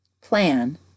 plan